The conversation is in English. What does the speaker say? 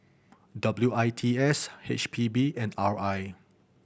W I T S H P B and R I